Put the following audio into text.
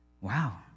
Wow